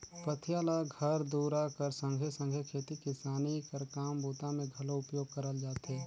पथिया ल घर दूरा कर संघे सघे खेती किसानी कर काम बूता मे घलो उपयोग करल जाथे